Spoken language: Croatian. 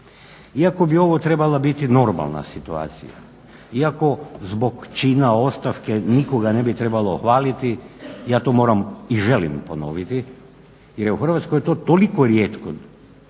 Iako bi ovo trebala biti normalna situacija, iako zbog čina ostavke nikoga ne bi trebalo hvaliti ja to moram i želim ponoviti jer je u Hrvatskoj to toliko rijetko